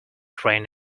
train